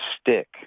stick